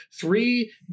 three